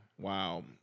Wow